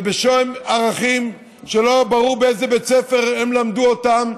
ובשם ערכים שלא ברור באיזה בית ספר הם למדו אותם,